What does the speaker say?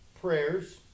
Prayers